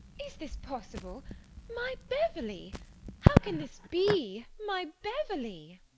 is this possible my beverley how can this be my beverley?